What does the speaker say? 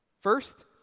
First